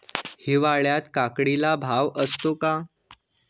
हिवाळ्यात काकडीला भाव असतो का?